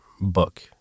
book